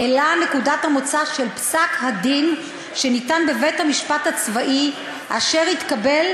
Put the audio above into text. אלא נקודת המוצא של פסק-הדין שניתן בבית-המשפט הצבאי אשר התקבל,